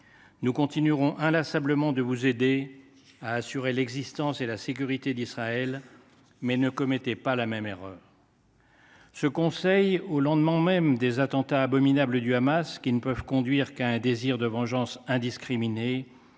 Nous continuerons inlassablement de vous aider à assurer l’existence et la sécurité d’Israël, mais ne commettez pas la même erreur !» Ce conseil, au lendemain même des attentats abominables du Hamas, qui ne peuvent conduire qu’à un désir de vengeance indiscriminée,